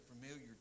familiar